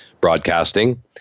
broadcasting